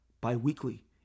bi-weekly